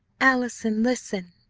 allison, listen.